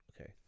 okay